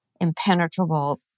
impenetrable